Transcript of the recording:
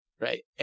Right